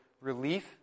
relief